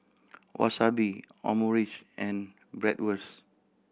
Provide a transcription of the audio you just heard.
Wasabi Omurice and Bratwurst